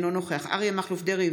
אינו נוכח אריה מכלוף דרעי,